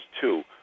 two